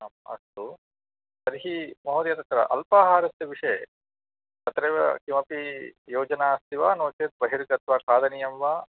आम् अस्तु तर्हि महोदयः तत्र अल्पाहारस्य विषये तत्रेव किमपि योजना अस्ति वा नोचेत् बहिर्गत्वा खादनीयम् वा